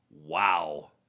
Wow